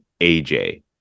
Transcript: aj